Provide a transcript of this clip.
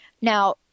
Now